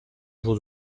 jour